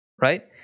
right